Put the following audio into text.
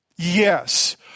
Yes